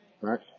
right